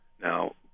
Now